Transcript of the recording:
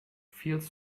feels